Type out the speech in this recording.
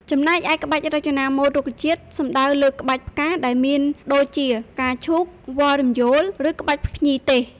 ចំណែកឯ ក្បាច់រចនាម៉ូដរុក្ខជាតិសំដៅលើ ក្បាច់ផ្កាដែលមានដូចជា ផ្កាឈូក វល្លិ៍រំយោល ឬក្បាច់ភ្ញីទេស។